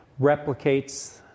replicates